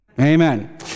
Amen